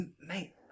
mate